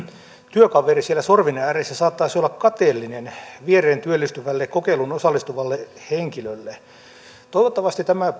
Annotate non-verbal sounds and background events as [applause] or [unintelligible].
työkaveri siellä sorvin ääressä saattaisi olla kateellinen viereen työllistyvälle kokeiluun osallistuvalle henkilölle toivottavasti tämä [unintelligible]